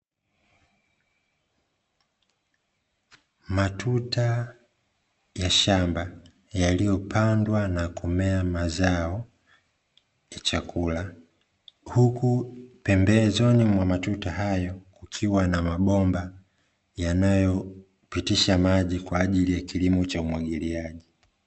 Matuta ya shamba yaliyopandwa na kumea mazao ya chakula, huku pembezoni mwa matuta hayo kukiwa na mabomba yanayopitisha maji kwa ajili ya kilimo cha umwagiliaji.